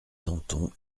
danton